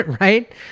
right